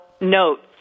notes